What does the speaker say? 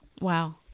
Wow